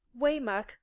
Waymark